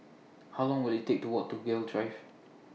How Long Will IT Take to Walk to Gul Drive